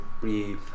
Breathe